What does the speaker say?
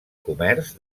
comerç